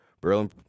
Berlin